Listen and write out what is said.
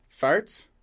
Farts